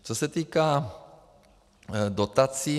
Co se týká dotací.